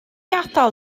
adael